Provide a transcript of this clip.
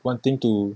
wanting to